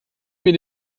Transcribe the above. mir